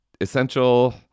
essential